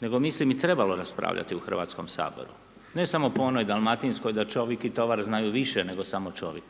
nego mislim i trebalo raspravljati u Hrvatskom saboru. Ne samo po onoj dalmatinskoj „da čovik i tovar znaju više nego samo čovik“,